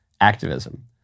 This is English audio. activism